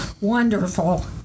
wonderful